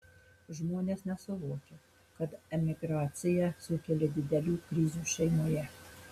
žmonės nesuvokia kad emigracija sukelia didelių krizių šeimoje